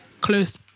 close